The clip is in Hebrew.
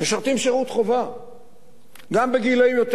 הם משרתים שירות חובה גם בגילים יותר